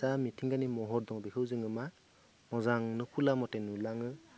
जा मिथिंगानि महर दं बेखौ जोङो मा मोजाङैनो खुला मथे नुलाङो